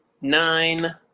nine